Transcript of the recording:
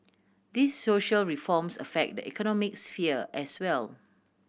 these social reforms affect the economic sphere as well